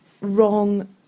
wrong